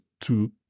two